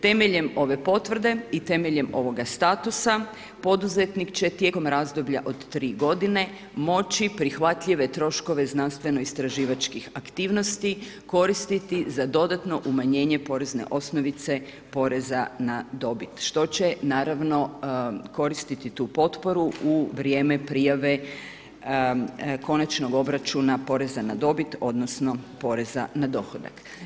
Temeljem ove potvrde i temeljem ovoga statusa, poduzetnik će tijekom razdoblja od 3 godina moći prihvatljive troškove znanstveno istraživačkih aktivnosti, koristiti za dodatno umanjenje porezne osnovice poreza na dobit što će naravno koristiti tu potporu u vrijeme prijave konačnog obračuna poreza na dobit odnosno poreza na dohodak.